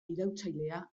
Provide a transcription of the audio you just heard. iraultzailea